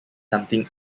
something